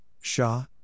Shah